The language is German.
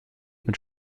mit